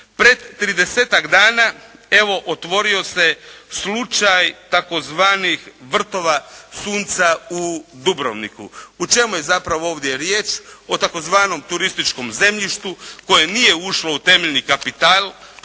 dana, evo otvorio se slučaj tzv. vrtova sunca u Dubrovniku. U čemu je zapravo ovdje riječ, o tzv. turističkom zemljištu koje nije ušlo u temeljni kapital,